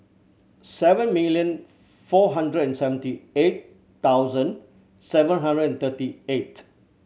seven million four hundred and seventy eight thousand seven hundred and thirty eight